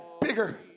bigger